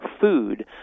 food